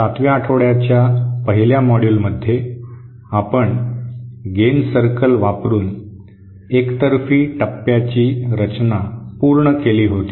सातव्या आठवड्याच्या पहिल्या मॉड्यूलमध्ये आपण गेन सर्कल वापरून एकतर्फी टप्प्याची रचना पूर्ण केली होती